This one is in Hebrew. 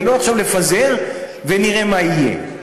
ולא עכשיו לפזר ונראה מה יהיה.